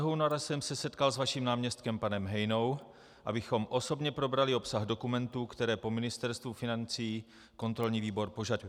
Dne 17. února jsem se setkal s vaším náměstkem panem Hejnou, abychom osobně probrali obsah dokumentů, které po Ministerstvu financí kontrolní výbor požaduje.